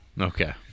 Okay